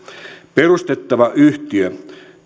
perustettava yhtiö